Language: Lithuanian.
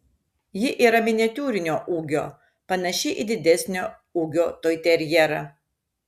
ji yra miniatiūrinio ūgio panaši į didesnio ūgio toiterjerą